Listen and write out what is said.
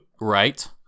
right